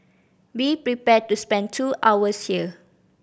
be prepared to spend two hours here